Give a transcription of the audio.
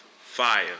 Fire